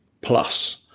plus